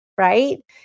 Right